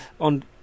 on